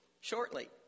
shortly